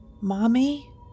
Mommy